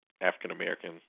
African-American